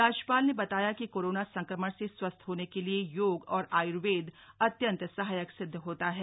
राज्यपाल ने बताया कि कोरोना संक्रमण से स्वस्थ होने के लिए योग और आयुर्वेद अत्यंत सहायक सिद्ध होता है